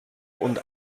und